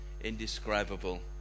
indescribable